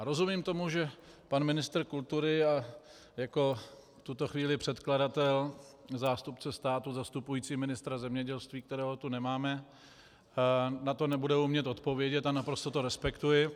Rozumím tomu, že pan ministr kultury a jako v tuto chvíli předkladatel, zástupce státu zastupující ministra zemědělství, kterého tu nemáme, na to nebude umět odpovědět, a naprosto to respektuji.